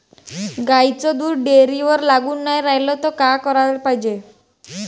गाईचं दूध डेअरीवर लागून नाई रायलं त का कराच पायजे?